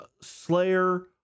Slayer